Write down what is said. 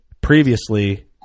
previously